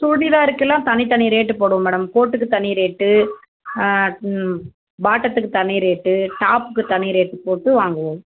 சுடிதாருக்குலாம் தனித்தனி ரேட்டு போடுவோம் மேடம் கோட்டுக்கு தனி ரேட்டு பாட்டத்துக்கு தனி ரேட்டு டாப்புக்கு தனி ரேட்டு போட்டு வாங்குவோம்